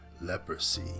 leprosy